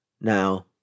Now